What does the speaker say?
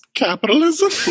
capitalism